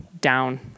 down